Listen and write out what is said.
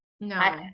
No